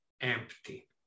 empty